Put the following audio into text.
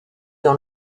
dans